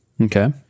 Okay